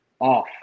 off